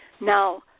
Now